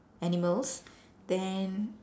animals then